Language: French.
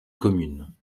commune